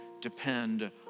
depend